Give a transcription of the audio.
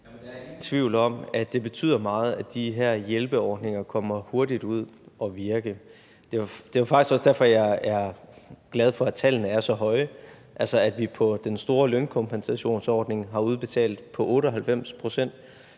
Det er ingen tvivl om, at det betyder meget, at de her hjælpeordninger kommer hurtigt ud at virke. Det er faktisk også derfor, jeg er glad for, at tallene er så høje, altså at vi på den store lønkompensationsordning har udbetalt på 98 pct.